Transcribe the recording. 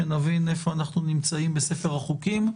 שנבין איפה אנחנו נמצאים בספר החוקים.